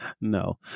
No